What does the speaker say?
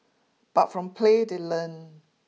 but from play they learn